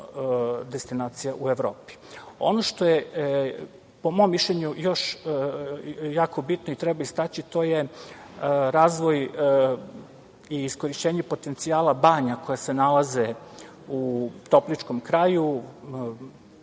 destinacija u Evropi. Ono što je, po mom mišljenju, još jako bitno i treba istaći to je razvoj i iskorišćenje potencijala banja koje se nalaze u topličkom kraju